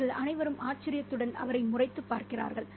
அவர்கள் அனைவரும் ஆச்சரியத்துடன் அவரை முறைத்துப் பார்க்கிறார்கள்